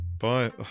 Bye